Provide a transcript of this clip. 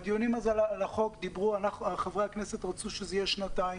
בדיונים אז על החוק חברי הכנסת רצו שזה יהיה שנתיים,